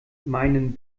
meinen